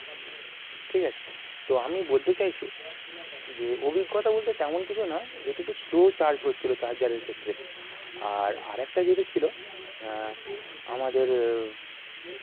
ঠিক আছে তো আমি বলতে চাইছি যে অভিজ্ঞতা বলতে তেমন কিছু না এটা একটু স্লো চার্জ হচ্ছিলো চার্জারের ক্ষেত্রে আর আরেকটা যেইটা ছিলো আমাদের